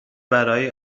برای